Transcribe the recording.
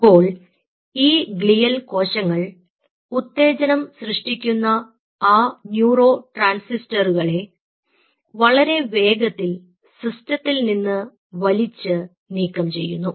അപ്പോൾ ഈ ഗ്ലിയൽ കോശങ്ങൾ ഉത്തേജനം സൃഷ്ടിക്കുന്ന ആ ന്യൂറോട്രാൻസിസ്റ്ററുകളെ വളരെ വേഗത്തിൽ സിസ്റ്റത്തിൽ നിന്ന് വലിച്ച് നീക്കം ചെയ്യുന്നു